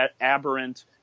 aberrant